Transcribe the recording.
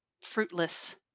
fruitless